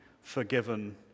forgiven